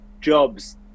jobs